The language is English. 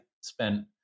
spent